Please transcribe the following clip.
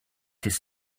this